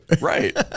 Right